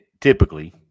typically